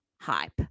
hype